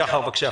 שחר, בבקשה.